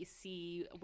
see